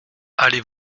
allez